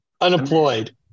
unemployed